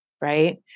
right